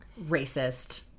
racist